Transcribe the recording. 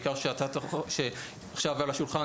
בעיקר שהצעת החוק שעכשיו על השולחן,